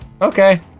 Okay